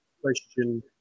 question